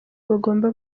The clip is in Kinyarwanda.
bagomba